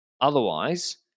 Otherwise